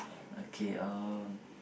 okay um